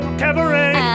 cabaret